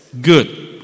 Good